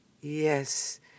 yes